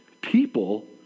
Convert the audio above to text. people